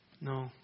No